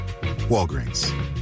Walgreens